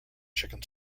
chicken